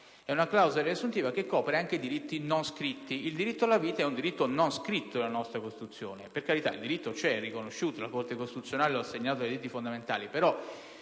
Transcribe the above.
di una clausola riassuntiva che copre anche i diritti non scritti. Il diritto alla vita è un diritto non scritto della Costituzione. Per carità, il diritto c'è ed è riconosciuto e la Corte costituzionale lo ha inserito tra i diritti fondamentali;